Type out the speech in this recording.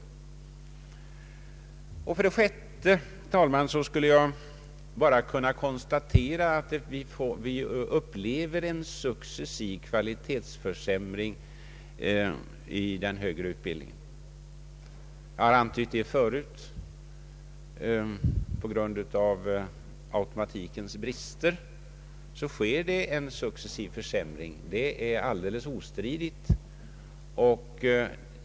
För det sjätte, herr talman, skulle jag vilja konstatera att vi upplever en successiv kvalitetsförsämring i den högre utbildningen — jag har antytt det förut. På grund av automatikens brister sker en successiv försämring. Det är alldeles ostridigt.